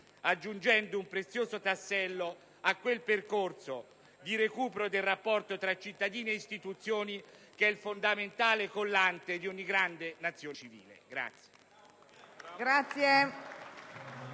aggiungendo un prezioso tassello a quel percorso di recupero del rapporto tra cittadini e istituzioni che è il fondamentale collante di ogni grande Nazione civile.